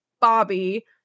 Bobby